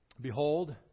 Behold